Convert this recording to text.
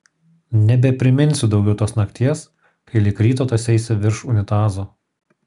nebepriminsiu daugiau tos nakties kai lig ryto tąseisi virš unitazo